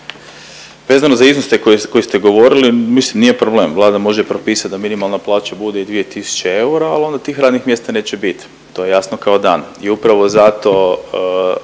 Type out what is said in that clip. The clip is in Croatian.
Vezano za iznose koji, koje ste govorili mislim nije problem. Vlada može propisat da minimalna plaća bude i 2 tisuće eura, al onda tih radnih mjesta neće bit. To je jasno kao dan i upravo zato